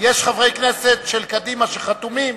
יש חברי כנסת של קדימה שחתומים,